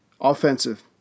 offensive